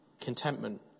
contentment